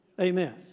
Amen